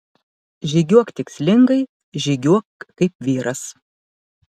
žygiuok tikslingai žygiuok kaip vyras